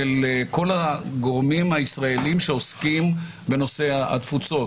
סנכרנו את הגורמים הישראליים שפועלים בתחום הזה,